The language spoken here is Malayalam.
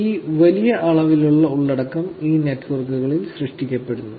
ഈ വലിയ അളവിലുള്ള ഉള്ളടക്കം ഈ നെറ്റ്വർക്കുകളിൽ സൃഷ്ടിക്കപ്പെടുന്നു